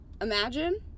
Imagine